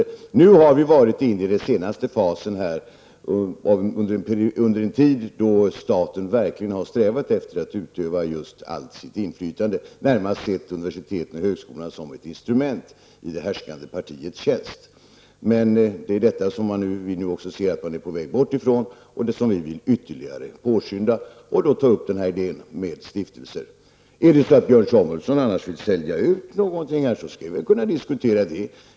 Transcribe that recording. Under en tid har vi varit inne på den senaste fasen då staten verkligen strävat efter att utöva allt sitt inflytande och närmast sett universitet och högskolor som ett instrument i det härskande partiets tjänst. Det är detta vi nu ser att man också är på väg bort ifrån, och det vill vi ytterligare påskynda och då ta upp idén med stiftelser. Är det annars så att Björn Samuelson vill sälja ut någonting här, så skulle vi kunna diskutera det.